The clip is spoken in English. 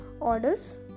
orders